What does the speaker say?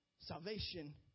Salvation